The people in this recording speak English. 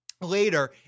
later